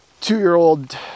two-year-old